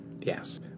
Yes